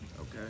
Okay